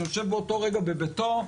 שיושב באותו רגע בביתו,